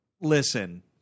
Listen